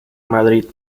madrid